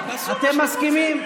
אתם מסכימים?